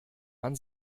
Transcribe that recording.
man